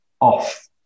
off